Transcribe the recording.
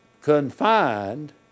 confined